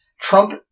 Trump